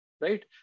Right